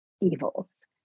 evils